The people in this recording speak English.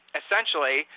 essentially